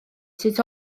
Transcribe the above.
sut